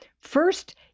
First